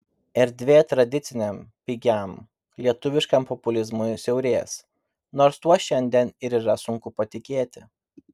erdvė tradiciniam pigiam lietuviškam populizmui siaurės nors tuo šiandien ir yra sunku patikėti